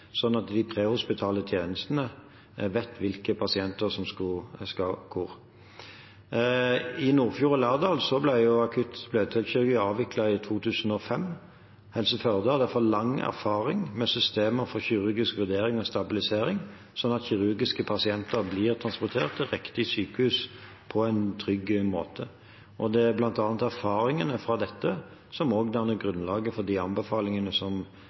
at de prehospitale tjenestene vet hvilke pasienter som skal hvor. I Nordfjord og Lærdal ble akutt bløtdelskirurgi avviklet i 2005. Helse Førde har derfor lang erfaring med systemer for kirurgisk vurdering og stabilisering, slik at kirurgiske pasienter blir transportert direkte til sykehus på en trygg måte. Det er bl.a. erfaringene fra dette som danner grunnlaget for de anbefalingene som ligger til grunn for Nasjonal helse- og sykehusplan. Eg sit her med eit brev som